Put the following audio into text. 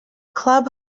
club